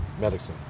medicine